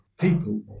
People